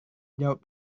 jawab